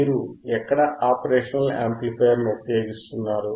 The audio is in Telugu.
మీరు ఎక్కడ ఆపరేషనల్ యాంప్లిఫైయర్ను ఉపయోగిస్తున్నారు